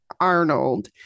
Arnold